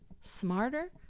smarter